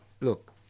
Look